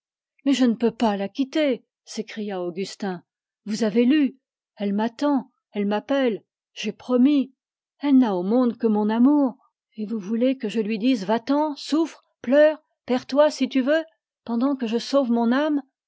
mais je ne peux pas la quitter s'écria augustin vous avez lu elle m'attend elle m'appelle j'ai promis elle n'a au monde que mon amour et vous voulez que je lui dise va-t'en souffre pleure perds toi si tu veux pendant que je sauve mon âme